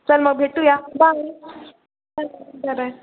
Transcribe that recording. चल मग भेटू या बाय बाय बाय बाय